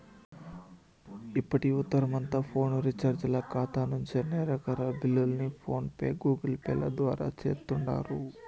ఇప్పటి యువతరమంతా ఫోను రీచార్జీల కాతా నుంచి అన్ని రకాల బిల్లుల్ని ఫోన్ పే, గూగుల్పేల ద్వారా సేస్తుండారు